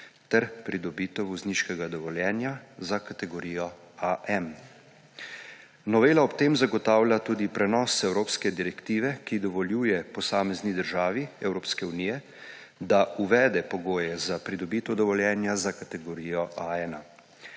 ter pridobitev vozniškega dovoljenja za kategorijo AM. Novela ob tem zagotavlja tudi prenose evropske direktive, ki dovoljuje posamezni državi Evropske unije, da uvede pogoje za pridobitev dovoljenja za kategorijo A1,